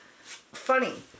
funny